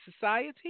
society